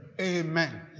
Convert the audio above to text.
Amen